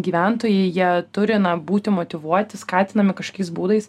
gyventojai jie turi būti motyvuoti skatinami kažkokiais būdais